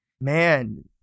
Man